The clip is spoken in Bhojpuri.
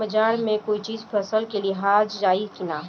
बाजार से कोई चीज फसल के लिहल जाई किना?